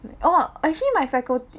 oh actually my faculty